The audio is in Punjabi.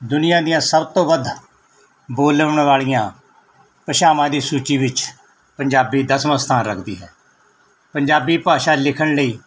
ਦੁਨੀਆਂ ਦੀਆਂ ਸਭ ਤੋਂ ਵੱਧ ਬੋਲਣ ਵਾਲੀਆਂ ਭਾਸ਼ਾਵਾਂ ਦੀ ਸੂਚੀ ਵਿੱਚ ਪੰਜਾਬੀ ਦਸਵਾਂ ਸਥਾਨ ਰੱਖਦੀ ਹੈ ਪੰਜਾਬੀ ਭਾਸ਼ਾ ਲਿਖਣ ਲਈ